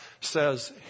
says